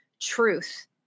truth